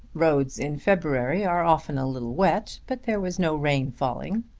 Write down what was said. roads in february are often a little wet, but there was no rain falling.